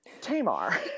Tamar